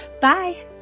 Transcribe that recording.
Bye